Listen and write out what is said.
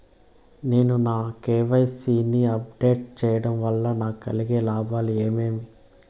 నేను నా కె.వై.సి ని అప్ డేట్ సేయడం వల్ల నాకు కలిగే లాభాలు ఏమేమీ?